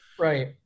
Right